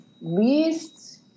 Least